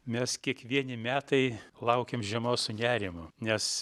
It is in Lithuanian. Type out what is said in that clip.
mes kiekvieni metai laukėm žiemos su nerimu nes